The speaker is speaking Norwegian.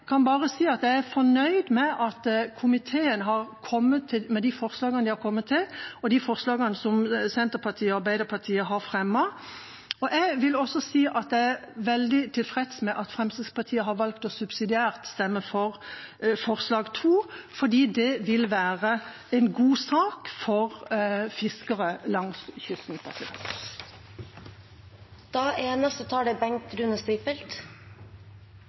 er fornøyd med at komiteen har kommet med de forslagene de har kommet med, og de forslagene som Senterpartiet og Arbeiderpartiet har fremmet. Jeg vil også si at jeg er veldig tilfreds med at Fremskrittspartiet har valgt å stemme subsidiært for forslag nr. 2, for det vil være en god sak for fiskere langs kysten. Fremskrittspartiet anerkjenner at det er